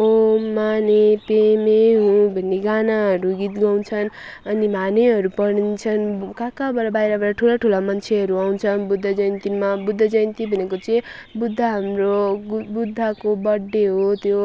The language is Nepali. ओम माने पेमे हो भन्ने गानाहरू गीत गाउँछन् अनि भामेहरू पढिन्छ कहाँ कहाँबाट बाहिर बाहिर ठुला ठुला मान्छेहरू आउँछन् बुद्ध जयन्तीमा बुद्ध जयन्ती भनेको चाहिँ बुद्ध हाम्रो बुद्धको बर्थडे हो त्यो